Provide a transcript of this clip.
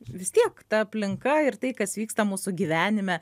vis tiek ta aplinka ir tai kas vyksta mūsų gyvenime